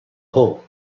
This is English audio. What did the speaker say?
hole